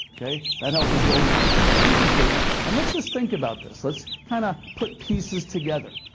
okay, that helps me build my income statement, and let's just think about this. let's kind of put pieces together.